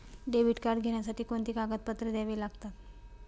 Debit card घेण्यासाठी कोणती कागदपत्रे द्यावी लागतात?